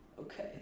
okay